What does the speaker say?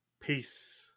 Peace